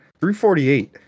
348